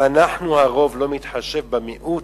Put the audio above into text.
אם אנחנו הרוב, לא נתחשב במיעוט,